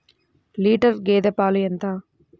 Litre గేదె పాలు ఎంత?